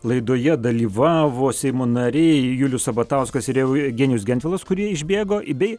laidoje dalyvavo seimo nariai julius sabatauskas ir eugenijus gentvilas kurie išbėgo bei